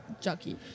jockey